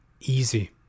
easy